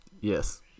Yes